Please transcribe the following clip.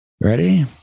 Ready